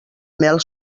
mel